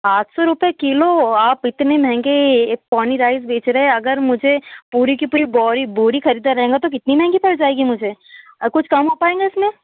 आठ सौ रुपये किलो आप इतने महँगे एक पौनी राइस बेच रहे हैं अगर मुझे पूरी की पूरी बौरी बोरी खरीदना रहेगा तो कितनी महँगी पड़ जाएगी मुझे और कुछ कम हो पाएगा इसमें